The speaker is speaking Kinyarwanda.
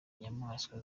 nyamaswa